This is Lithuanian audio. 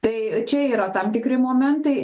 tai čia yra tam tikri momentai